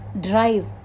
drive